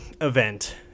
event